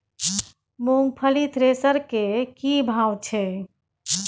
मूंगफली थ्रेसर के की भाव छै?